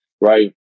Right